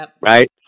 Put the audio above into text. Right